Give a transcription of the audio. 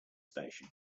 station